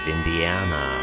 Indiana